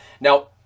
now